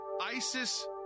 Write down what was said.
ISIS